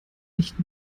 nicht